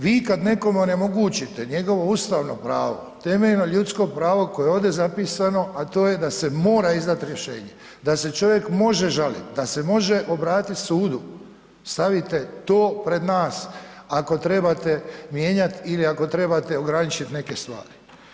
Vi kad nekome onemogućite njegovo ustavno pravo, temeljno ljudsko pravo koje je ovde zapisano, a to je da se mora izdati rješenje, da se čovjek može žaliti, da se može obratiti sudu, stavite to pred nas, ako trebate mijenjat ili ako trebate ograničiti neke stvari.